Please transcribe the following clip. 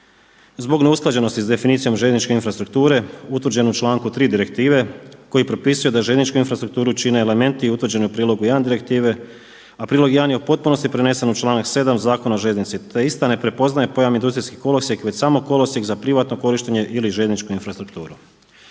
Zbog neusklađenosti s definicijom željezničke infrastrukture utvrđenu u članku 3. direktive koji propisuje da željezničku infrastrukturu čine elementi i utvrđeni u prilogu 1. direktive. A prilog 1. je u potpunosti prenesen u članak 7. Zakona o željeznici te ista ne prepoznaje pojam industrijski kolosijek već samo kolosijek za privatno korištenje ili željezničku infrastrukturu.